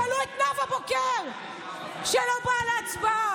תשאלו את נאוה בוקר, שלא באה להצבעה.